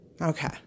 Okay